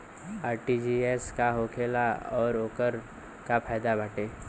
RTGS का होखेला और ओकर का फाइदा बाटे?